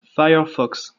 firefox